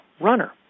runner